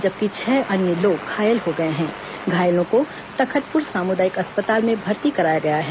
जबकि छह अन्य लोग घायल हो गए हैं घायलों को तखतपुर सामुदायिक अस्पताल में भर्ती कराया गया है